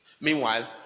Meanwhile